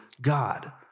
God